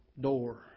door